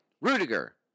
Rudiger